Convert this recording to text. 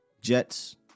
Jets